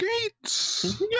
Gates